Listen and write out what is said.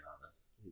honest